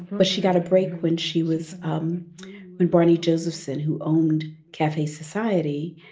but she got a break when she was um when barney josephson, who owned cafe society,